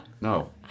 No